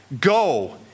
Go